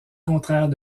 contraires